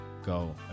go